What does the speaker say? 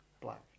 Black